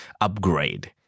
upgrade